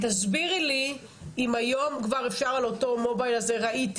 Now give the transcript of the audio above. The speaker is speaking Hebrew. תסבירי לי אם היום כבר אפשר על אותו מובייל הזה ראיתי